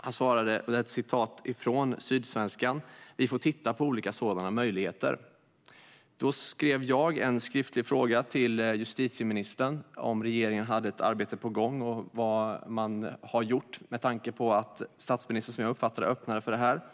Han svarade i Sydsvenskan: Vi får titta på olika sådana möjligheter. Då lämnade jag in en skriftlig fråga till justitieministern om regeringen hade ett arbete på gång och vad man hade gjort, med tanke på att statsministern, som jag uppfattade det, öppnade för anonyma vittnen.